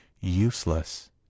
useless